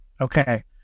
Okay